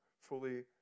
fully